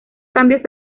cambios